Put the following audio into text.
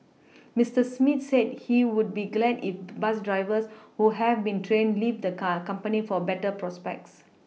Mister Smith said he would be glad if bus drivers who have been trained leave the car company for better prospects